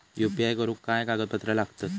UPI करुक काय कागदपत्रा लागतत?